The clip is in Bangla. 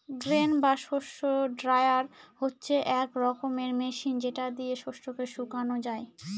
গ্রেন বা শস্য ড্রায়ার হচ্ছে এক রকমের মেশিন যেটা দিয়ে শস্যকে শুকানো যায়